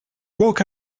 woke